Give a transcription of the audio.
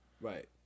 Right